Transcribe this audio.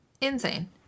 insane